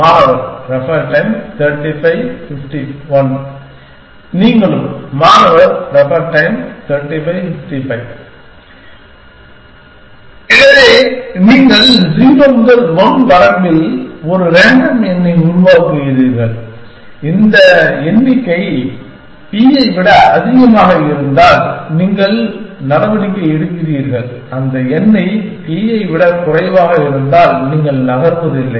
மாணவர் Refer Time 3551 நீங்களும் மாணவர் Refer Time 3555 எனவே நீங்கள் 0 முதல் 1 வரம்பில் ஒரு ரேண்டம் எண்ணை உருவாக்குகிறீர்கள் அந்த எண்ணிக்கை p ஐ விட அதிகமாக இருந்தால் நீங்கள் நடவடிக்கை எடுக்கிறீர்கள் அந்த எண்ணிக்கை p ஐ விட குறைவாக இருந்தால் நீங்கள் நகர்வதில்லை